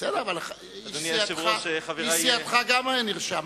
בסדר, אבל גם איש סיעתך נרשם.